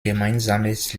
gemeinsames